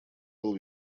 был